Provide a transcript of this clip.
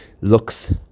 looks